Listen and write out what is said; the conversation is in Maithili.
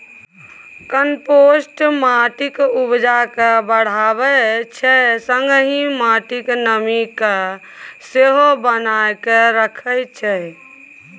कंपोस्ट माटिक उपजा केँ बढ़ाबै छै संगहि माटिक नमी केँ सेहो बनाए कए राखै छै